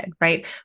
right